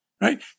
Right